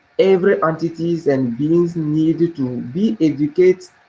every entities and beings need to to be educated